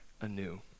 anew